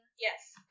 Yes